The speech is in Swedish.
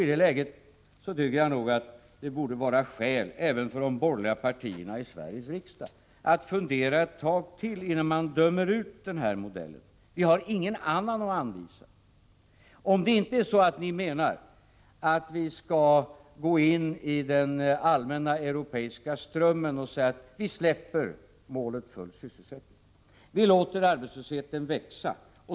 I det läget tycker jag nog att det borde finnas skäl även för de borgerliga partierna i Sveriges riksdag att fundera ett tag till, innan de dömer ut den här modellen. Vi har ingen annan att anvisa — om det inte är så att ni menar att vi skall gå in i den allmänna europeiska strömmen och släppa målet för sysselsättningen, dvs. låta arbetslösheten växa.